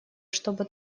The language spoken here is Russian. чтобы